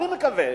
אני מקווה